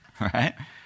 Right